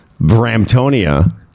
Bramptonia